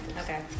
Okay